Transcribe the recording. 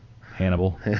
Hannibal